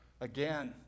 again